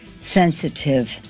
sensitive